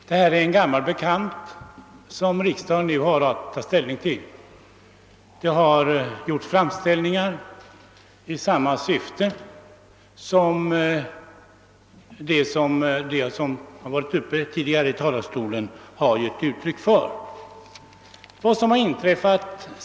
Herr talman! Den fråga som riksdagen nu har att ta ställning till är en gammal bekant; det har tidigare gjorts framställningar i samma syfte, såsom de föregående talarna också påpekat.